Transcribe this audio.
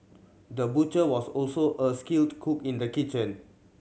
the butcher was also a skilled cook in the kitchen